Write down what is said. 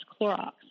Clorox